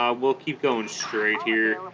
um will keep going straight here a